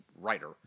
writer